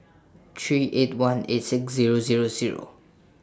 three eight one eight six Zero Zero Zero